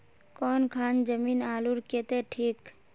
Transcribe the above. कौन खान जमीन आलूर केते ठिक?